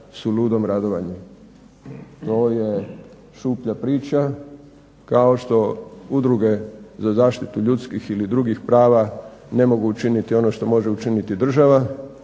To je šuplja priča kao što udruge za zaštitu ljudskih ili drugih prava ne mogu učiniti ono što može učiniti država